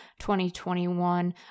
2021